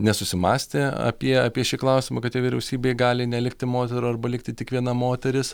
nesusimąstė apie apie šį klausimą kad jo vyriausybėj gali nelikti moterų arba likti tik viena moteris